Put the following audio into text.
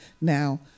Now